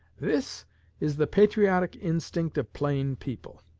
this is the patriotic instinct of plain people.